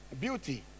beauty